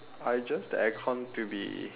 I adjust the aircon to be